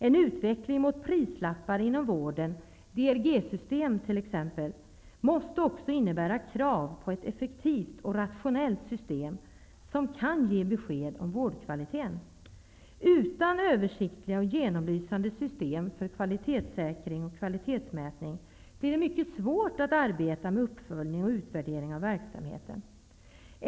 En utveckling mot prislappar inom vården -- DRG-system t.ex. -- måste också innebära krav på ett effektivt och rationellt system som kan ge besked om vårdkvaliteten. Utan översiktliga och genomlysande system för kvalitetssäkring och kvalitetsmätning blir det mycket svårt att arbeta med uppföljning och utvärdering av verksamheten.